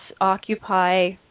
Occupy